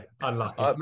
unlucky